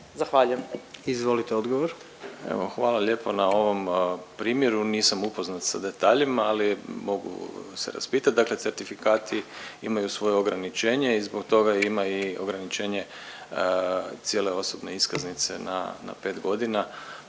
odgovor. **Gršić, Bernard** Hvala lijepo na ovom primjeru, nisam upoznat sa detaljima, ali mogu se raspitat, dakle certifikati imaju svoje ograničenje i zbog toga ima i ograničenje cijele osobne iskaznice na, na